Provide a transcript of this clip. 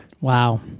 Wow